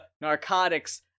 Narcotics